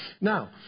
Now